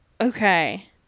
Okay